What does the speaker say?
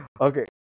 Okay